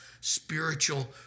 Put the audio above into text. spiritual